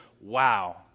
wow